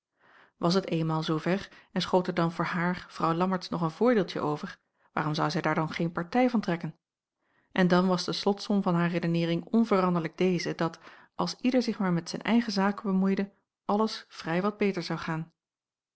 was het eenmaal zoover en schoot er dan voor haar vrouw lammertsz nog een voordeeltje over waarom zou zij daar dan geen partij van trekken en dan was de slotsom van haar redeneering onveranderlijk deze dat als ieder zich maar met zijn eigen zaken bemoeide alles vrij wat beter zou gaan